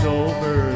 over